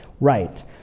right